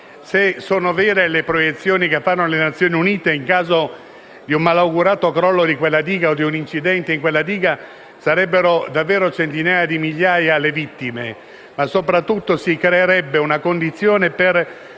Se sono vere le proiezioni delle Nazioni Unite, in caso di un malaugurato crollo di quella diga o di un incidente sarebbero davvero centinaia di migliaia le vittime. Ma soprattutto si creerebbe una condizione di